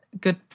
good